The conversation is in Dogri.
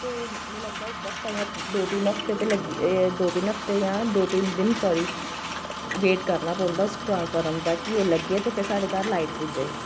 ते मिगी लगदा इक हफ्ता दौ तीन हफ्ते ते लग्गी दौ तीन हफ्ते जां दौ तीन दिन साॅरी बेट करना पौंदा ट्रांसफार्म दा के ओह् लग्गै ते फ्ही साढ़े घर लाईट पुज्जै